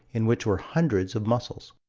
in which were hundreds of mussels.